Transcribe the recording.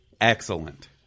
Excellent